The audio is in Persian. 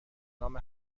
نام